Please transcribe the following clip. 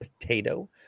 potato